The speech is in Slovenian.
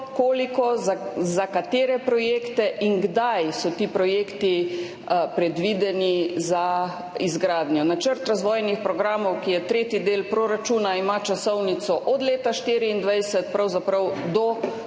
koliko, za katere projekte in kdaj so ti projekti predvideni za izgradnjo. Načrt razvojnih programov, ki je tretji del proračuna, ima časovnico od leta 2024 pravzaprav do